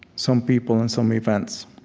some people and some events,